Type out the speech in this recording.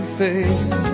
face